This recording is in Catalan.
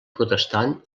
protestant